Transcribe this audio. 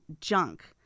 junk